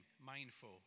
mindful